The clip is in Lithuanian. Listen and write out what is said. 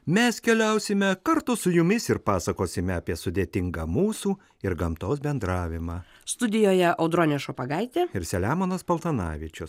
mes keliausime kartu su jumis ir pasakosime apie sudėtingą mūsų ir gamtos bendravimą studijoje audronė šopagaitė ir selemonas paltanavičius